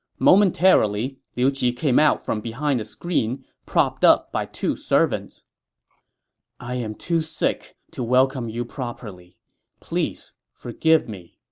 momentarily, liu qi came out from behind a screen, propped up by two servants i am too sick to welcome you properly please forgive me,